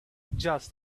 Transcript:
just